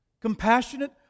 Compassionate